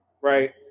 right